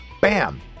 bam